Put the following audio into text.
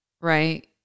right